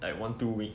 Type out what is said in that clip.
like one two week